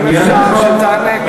אם אפשר שתענה.